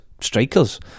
strikers